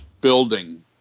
building